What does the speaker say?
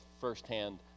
firsthand